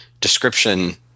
description